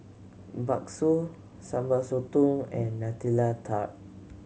bakso Sambal Sotong and Nutella Tart